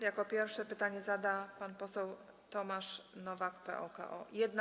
Jako pierwszy pytanie zada pan poseł Tomasz Nowak, PO-KO.